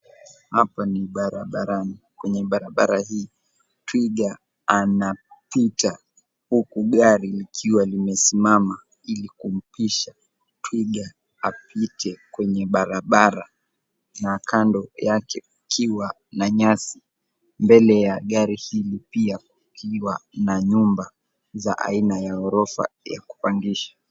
Hapa ni barabarani kwenye barabara hii twiga anapita huku gari likiwa limesimama ili kumpisha twiga apite, kwenye barabara na kando yake ukiwa na nyasi mbele ya gari hii pia na nyumba za aina ya ghorofa ya kupangisha.